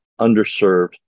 underserved